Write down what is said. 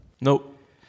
Nope